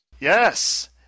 Yes